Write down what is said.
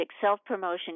self-promotion